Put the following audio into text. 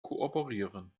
kooperieren